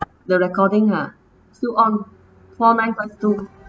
the recording ah still on four nine five two